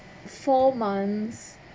four months